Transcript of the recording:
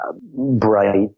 bright